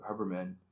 Huberman